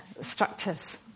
structures